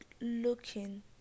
looking